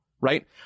right